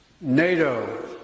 NATO